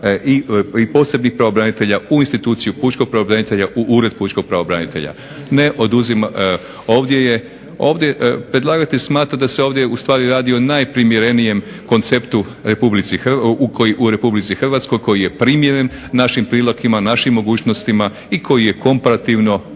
i posebnih pravobranitelja u instituciju pučkog pravobranitelja u Ured pučkog pravobranitelja. Ovdje predlagatelj smatra da se ovdje ustvari radi o najprimjerenijem konceptu u RH koji je primjeren našim prilikama, našim mogućnostima i koji je komparativno